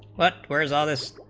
but where's all this